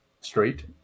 straight